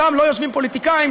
שם לא יושבים פוליטיקאים,